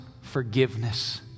forgiveness